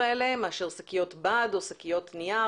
האלה הן פחות אקולוגי מאשר שקיות בד או שקיות נייר.